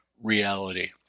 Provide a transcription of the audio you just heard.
reality